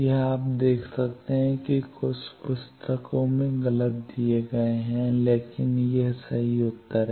यह आप देख सकते हैं कि कुछ पुस्तकों में ये गलत दिए गए हैं लेकिन ये सही उत्तर हैं